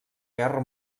guerra